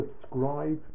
subscribe